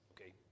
okay